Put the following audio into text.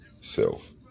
self